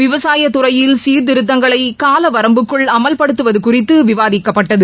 விவசாய துறையில் சீர்திருத்தங்களை காலவரம்புக்குள் அமல்படுத்துவது குறித்து விவாதிக்கப்பட்டது